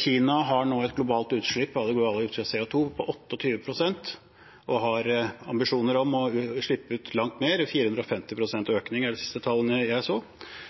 Kina har nå 28 pst. av det globale utslippet av CO 2 og har ambisjoner om å slippe ut langt mer, 450 pst. økning er det siste tallet jeg så.